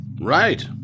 Right